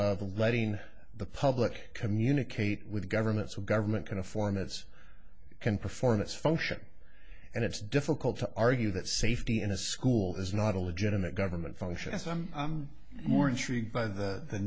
of letting the public communicate with government to government kind of formats can perform its function and it's difficult to argue that safety in a school is not a legitimate government function as i'm more intrigued by the the